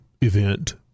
event